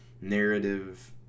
narrative